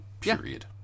Period